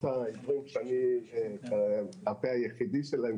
העיוורים שאני כרגע בישיבה הזאת הפה היחידי שלה.